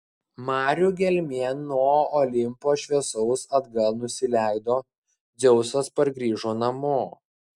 marių gelmėn nuo olimpo šviesaus atgal nusileido dzeusas pargrįžo namo